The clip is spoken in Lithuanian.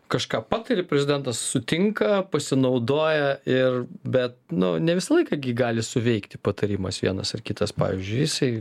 kažką patari prezidentas sutinka pasinaudoja ir bet nu ne visą laiką gi gali suveikti patarimas vienas ar kitas pavyzdžiui jisai